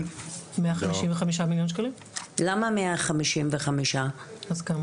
מאה חמישים וחמישה מיליון שקלים.